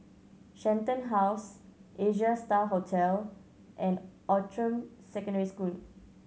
Shenton House Asia Star Hotel and Outram Secondary School